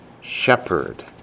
shepherd